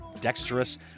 dexterous